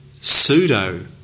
pseudo